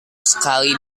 sekali